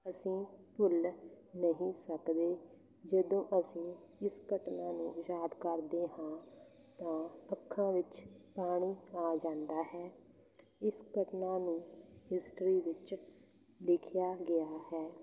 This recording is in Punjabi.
ਅਸੀਂ ਭੁੱਲ ਨਹੀਂ ਸਕਦੇ ਜਦੋਂ ਅਸੀਂ ਇਸ ਘਟਨਾ ਨੂੰ ਯਾਦ ਕਰਦੇ ਹਾਂ ਤਾਂ ਅੱਖਾਂ ਵਿੱਚ ਪਾਣੀ ਆ ਜਾਂਦਾ ਹੈ ਇਸ ਘਟਨਾ ਨੂੰ ਹਿਸਟਰੀ ਵਿੱਚ ਲਿਖਿਆ ਗਿਆ ਹੈ